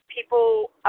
people